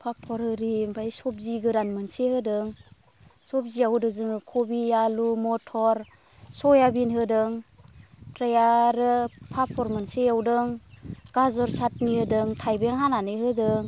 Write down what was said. पाप'र आरि ओमफ्राय सब्जि गोरान मोनसे होदों सब्जिआव होदों जोङो कबि आलु मथर सयाबिन होदों ओमफ्राय आरो पाप'र मोनसे एवदों गाजर साटनि होदों थाइबें हानानै होदों